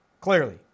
Clearly